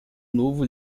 novo